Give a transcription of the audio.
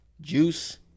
Juice